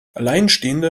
alleinstehende